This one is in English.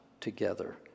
together